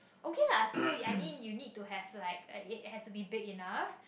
okay lah so I mean you need to have like it has has to be big enough